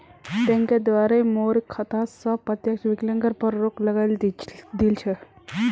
बैंकेर द्वारे मोर खाता स प्रत्यक्ष विकलनेर पर रोक लगइ दिल छ